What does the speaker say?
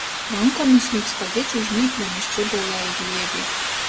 rankomis lyg spagečių žnyplėmis čiupo ją į glėbį